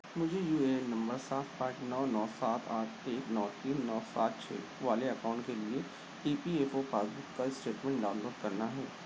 مجھے U A N number سات پانچ نو نو سات آٹھ ایک نو تین نو سات چھ والے اکاؤنٹ کے لیے E P F O passbook کا اسٹیٹمنٹ ڈاؤن لوڈ کرنا ہے